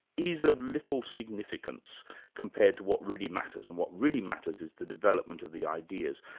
is of little significance compared to what really matters and what really matters is the development of the ideas.